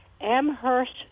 amherst